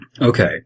Okay